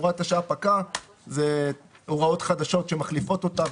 הוראת השעה פקעה, זה הוראות חדשות שמחליפות אותה.